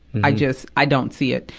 i just, i don't see it.